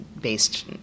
based